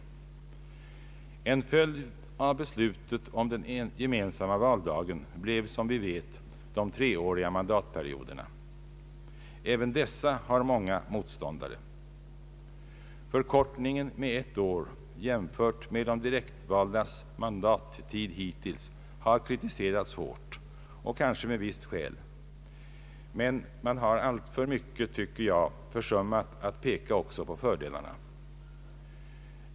En följd av beslutet om den gemensamma valdagen blev som vi vet de treåriga mandatperioderna. Även dessa har många motståndare. Förkortningen med ett år jämfört med de direktvaldas mandattid hittills har kritiserats hårt och kanske med visst skäl, men man har enligt min uppfattning alltför myc ket försummat att peka också på fördelarna.